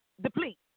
deplete